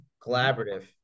Collaborative